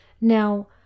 Now